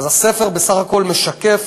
אז הספר בסך הכול משקף